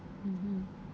mmhmm